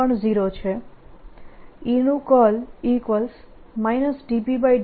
0 છે E નું curl ∂B∂t છે